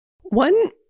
One